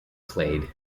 played